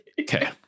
Okay